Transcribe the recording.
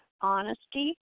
Honesty